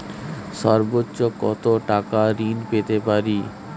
সর্বোচ্চ কত টাকা ঋণ পেতে পারি?